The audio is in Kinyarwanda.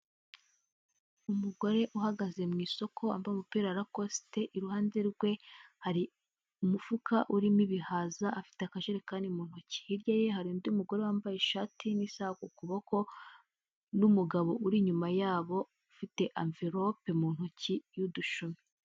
Umugore uhagaze mu isoko wambaye umupira wa lakosite, iruhande rwe hari umufuka urimo ibihaza, afite akajerekani mu ntoki, hirya ye hari undi mugore wambaye ishati n'isaha ku kuboko n'umugabo uri inyuma yabo ufite amvelope mu ntoki y'udushumi.